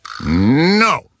No